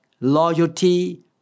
loyalty